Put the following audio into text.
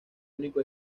único